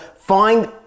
find